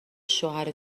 شوهر